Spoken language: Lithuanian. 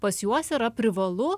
pas juos yra privalu